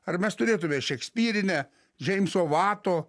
ar mes turėtume šekspyrinę džeimso vato